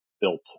built